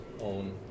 own